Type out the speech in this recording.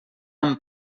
amb